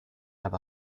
have